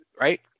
right